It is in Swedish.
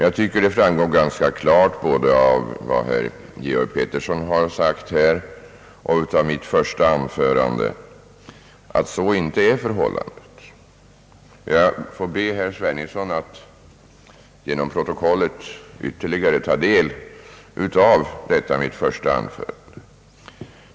Jag tycker att det framgått ganska klart av vad herr Georg Pettersson sagt och av mitt första anförande att så inte är förhållandet. Jag får be herr Sveningsson att genom protokollet ytterligare ta del av mitt första anförande.